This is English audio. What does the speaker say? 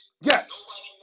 Yes